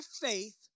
faith